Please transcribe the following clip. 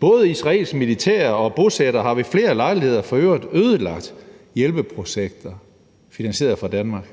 Både israelsk militær og bosættere har ved flere lejligheder for øvrigt ødelagt hjælpeprojekter finansieret fra Danmark.